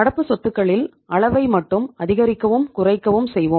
நடப்பு சொத்துக்களில் அளவை மட்டும் அதிகரிக்கவும் குறைக்கவும் செய்வோம்